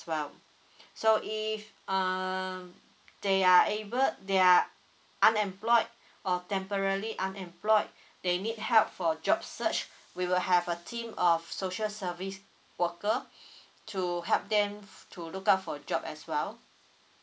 well so if uh they are able they are unemployed or temporary unemployed they need help for job search we will have a team of social service worker to help them to look out for job as well